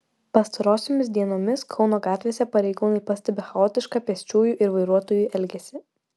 pastarosiomis dienomis kauno gatvėse pareigūnai pastebi chaotišką pėsčiųjų ir vairuotojų elgesį